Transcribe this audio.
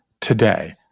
today